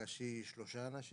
היא רגישות לרעש.